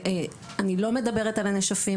אני לא מדברת על הנשפים,